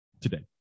today